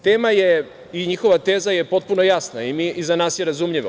Tema je i njihova teza je potpuno jasna i za nas je razumljiva.